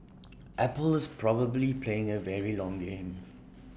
apple is probably playing A very long game